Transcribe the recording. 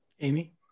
Amy